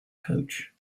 coach